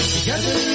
Together